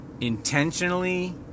intentionally